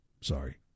Sorry